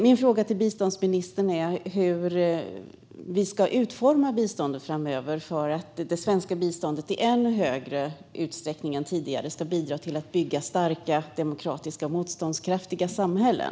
Min fråga till biståndsministern är hur vi ska utforma biståndet framöver så att det svenska biståndet i än större utsträckning än tidigare ska bidra till att bygga starka, demokratiska och motståndskraftiga samhällen.